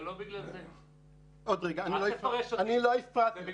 אני בדרגת 53% נכות: 35% זה אובדן עין, ו-18%